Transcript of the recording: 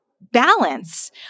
balance